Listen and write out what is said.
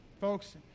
Folks